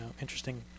interesting